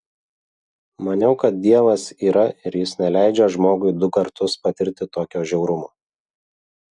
maniau kad dievas yra ir jis neleidžia žmogui du kartus patirti tokio žiaurumo